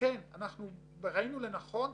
מדובר בכ-14,000 תלונות.